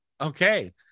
Okay